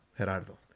Gerardo